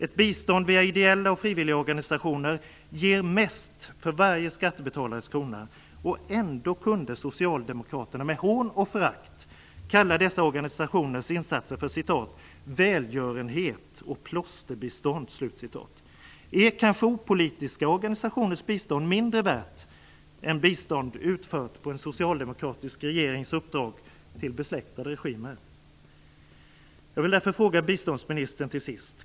Ett bistånd via ideella och frivilliga organisationer ger mest för varje skattebetalares krona. Ändå kunde socialdemokraterna med hån och förakt kalla dessa organisationers insatser för "välgörenhet och plåsterbistånd". Är kanske opolitiska organisationers bistånd mindre värt än bistånd utfört på en socialdemokratisk regerings uppdrag till besläktade regimer?